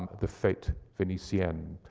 the fetes venitiennes.